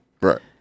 Right